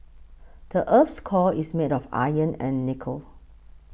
the earth's core is made of iron and nickel